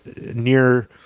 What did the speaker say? near-